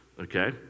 Okay